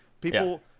people